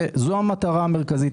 זאת המטרה המרכזית.